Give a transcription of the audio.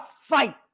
fight